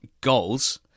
goals